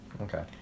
Okay